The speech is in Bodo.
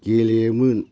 गेलेयोमोन